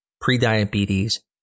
pre-diabetes